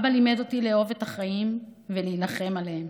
אבא לימד אותי לאהוב את החיים ולהילחם עליהם.